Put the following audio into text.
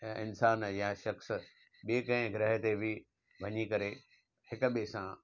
इंसानु या शख़्स ॿे कंहिं गृह ते बि वञी करे हिक ॿिए सां